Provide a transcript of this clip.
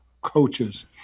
coaches